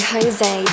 Jose